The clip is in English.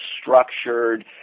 structured